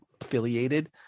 affiliated